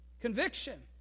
Conviction